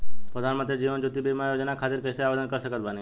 प्रधानमंत्री जीवन ज्योति बीमा योजना खातिर कैसे आवेदन कर सकत बानी?